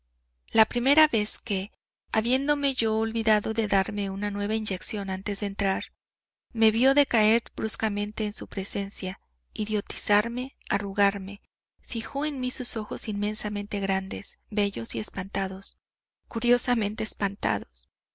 la primera vez que habiéndome yo olvidado de darme una nueva inyección antes de entrar me vió decaer bruscamente en su presencia idiotizarme arrugarme fijó en mí sus ojos inmensamente grandes bellos y espantados curiosamente espantados